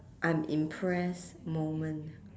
I'm impressed moment